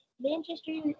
Manchester